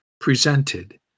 presented